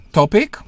topic